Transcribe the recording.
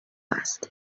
است